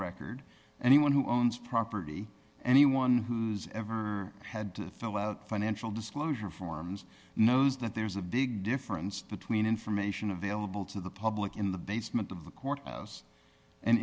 record anyone who owns property anyone who's ever had to fill out financial disclosure forms knows that there's a big difference between information available to the public in the basement of the courthouse and